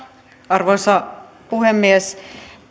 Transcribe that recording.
arvoisa puhemies